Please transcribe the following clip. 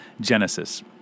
Genesis